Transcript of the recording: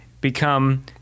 become